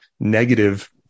Negative